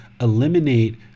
eliminate